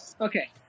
Okay